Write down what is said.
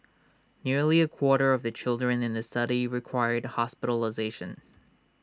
nearly A quarter of the children in the study required hospitalisation